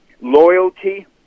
loyalty